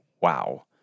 wow